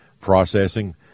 processing